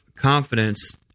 confidence